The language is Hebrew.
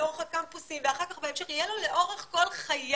לאורך הקמפוסים ואחר כך בהמשך יהיה לו לאורך כל חייו